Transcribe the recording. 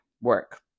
work